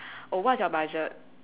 oh what's your budget